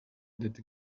that